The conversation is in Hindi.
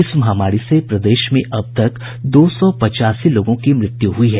इस महामारी से प्रदेश में अब तक दो सौ पचासी लोगों की मृत्यु हुई है